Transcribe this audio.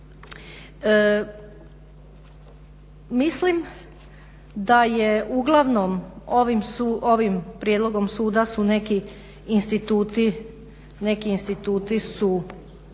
Mislim da je uglavnom ovim prijedlogom suda su neki instituti